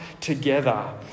Together